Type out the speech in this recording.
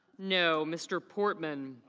no. mr. portman